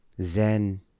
Zen